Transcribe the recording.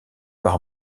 par